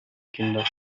kinder